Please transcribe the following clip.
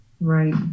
Right